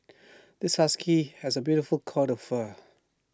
this husky has A beautiful coat fur